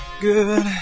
good